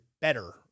better